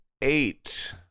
eight